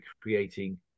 creating